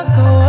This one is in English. go